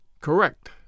Correct